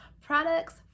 products